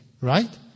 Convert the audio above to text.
right